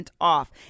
off